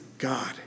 God